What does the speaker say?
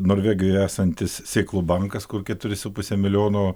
norvegijoje esantis sėklų bankas kur keturi su puse milijono